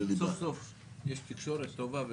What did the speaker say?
וכל מי שעוסק בתחום הכשרות יודע אותה,